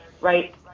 right